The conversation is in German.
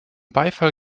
beifall